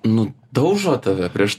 nu daužo tave prieš